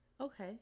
Okay